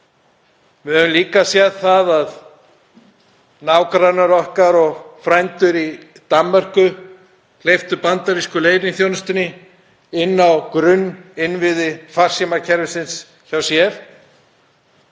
Við höfum líka séð að nágrannar okkar og frændur í Danmörku hleyptu bandarísku leyniþjónustunni inn á grunninnviði farsímakerfisins hjá sér.